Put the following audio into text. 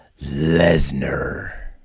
Lesnar